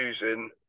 using